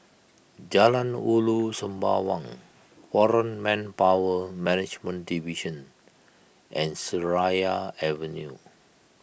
Jalan Ulu Sembawang foreign Manpower Management Division and Seraya Avenue